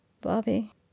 Bobby